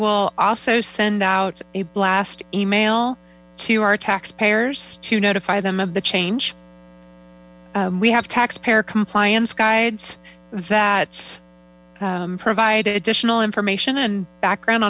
will also send out a blast e mail to our tax payers to notify them of the change we have taxpayer compliance guides that provide additional information and background